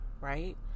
right